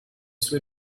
sue